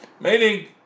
meaning